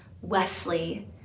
Wesley